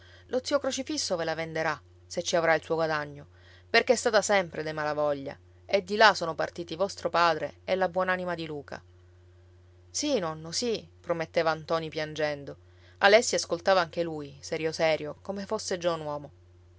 lo zio crocifisso ve la venderà se ci avrà il suo guadagno perché è stata sempre dei malavoglia e di là sono partiti vostro padre e la buon'anima di luca sì nonno sì prometteva ntoni piangendo alessi ascoltava anche lui serio serio come fosse già un uomo